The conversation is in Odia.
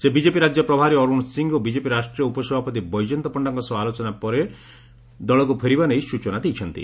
ସେ ବିଜେପି ରାକ୍ୟ ପ୍ରଭାରୀ ଅରୁଣ ସିଂ ଓ ବିଜେପି ରାଷ୍ଟ୍ରୀୟ ଉପସଭାପତି ବୈଜୟନ୍ତ ପଶ୍କାଙ୍କ ସହ ଆଲୋଚନା ପରେ ଶ୍ରୀ ମହାପାତ୍ର ଦଳକୁ ଫେରିବା ନେଇ ସୂଚନା ଦେଇଛନ୍ତି